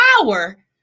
power